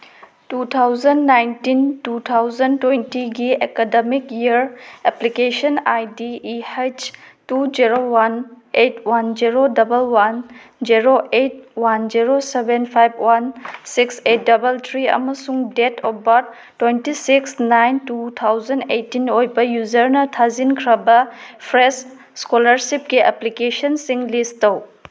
two thousand nineteen two thousand ꯇ꯭ꯋꯦꯟꯇꯤꯒꯤ academic year application I D E has two zero one eight one zero double one zero eight one zero seven five one six eight double three ꯑꯃꯁꯨꯡ date of birth twenty six nine two thousand eighteen ꯑꯣꯏꯕ ꯌꯨꯖꯔꯅ ꯊꯥꯖꯤꯟꯈ꯭ꯔꯕ fresh ꯏꯁꯀꯣꯂꯥꯔꯁꯤꯞꯀꯤ ꯑꯦꯄ꯭ꯂꯤꯀꯦꯁꯟꯁꯤꯡ ꯂꯤꯁ ꯇꯧ